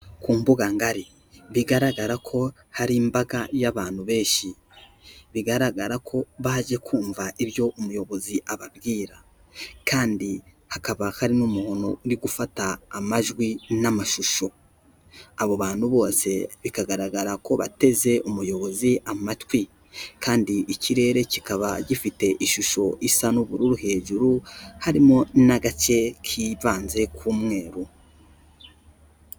Ku mbuga ngari bigaragara ko hari imbaga y'abantu benshi, bigaragara ko baje kumva ibyo umuyobozi ababwira kandi hakaba hari n'umuntu uri gufata amajwi n'amashusho, abo bantu bose bikagaragara ko bateze umuyobozi amatwi kandi ikirere kikaba gifite ishusho isa n'ubururu hejuru harimo na gake kivanze k'umweru.